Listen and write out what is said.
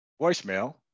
voicemail